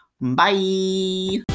Bye